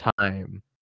Time